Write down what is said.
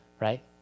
right